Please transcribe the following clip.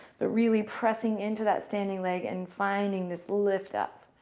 but really pressing into that standing leg and finding this lift up.